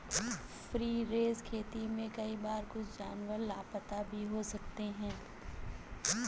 free range खेती में कई बार कुछ जानवर लापता भी हो सकते हैं